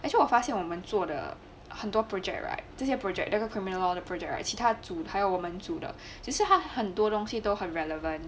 actually 我发现我们做的很多 project right 这些 project 那些 criminal law 的 project 其他组还有我们组的其实他很多东西都很 relevant